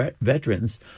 veterans